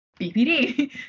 BPD